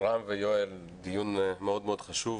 רם ויואל, דיון מאוד מאוד חשוב.